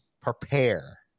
prepare